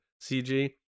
CG